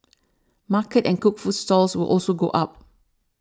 market and cooked food stalls will also go up